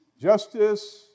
Justice